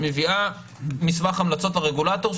היא מביאה מסמך המלצות לרגולטור,